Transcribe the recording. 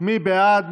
מי בעד?